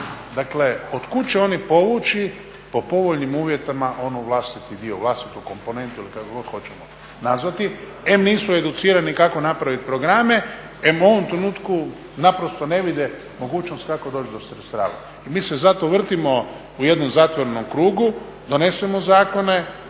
Dakle od kuda će oni povući po povoljnim uvjetima onu vlastitu komponentu ili kako god hoćemo nazvati, em nisu educirani kako napraviti programe, em u ovom trenutku naprosto ne vide mogućnost kako doći do sredstava. I mi se zato vrtimo u jednom zatvorenom krugu, donesemo zakone,